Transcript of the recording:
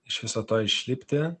iš viso to išlipti